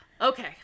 Okay